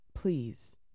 Please